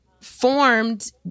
formed